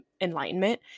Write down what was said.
enlightenment